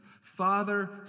Father